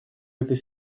этой